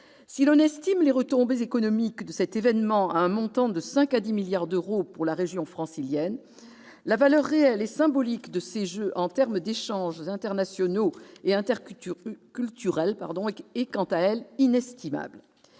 Si l'on estime les retombées économiques de cet événement à un montant de 5 à 10 milliards d'euros pour la région francilienne, la valeur réelle et symbolique de ces jeux en termes d'échanges internationaux et interculturels est quant à elle inestimable.